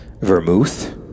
vermouth